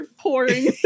pouring